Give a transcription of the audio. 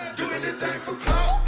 do anything for clout,